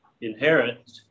inherit